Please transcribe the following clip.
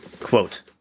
Quote